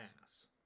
mass